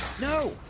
No